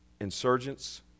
insurgents